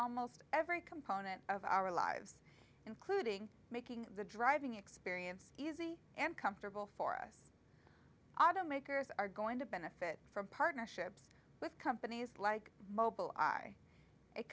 almost every component of our lives including making the driving experience easy and comfortable for us automakers are going to benefit from partnerships with companies like mobile i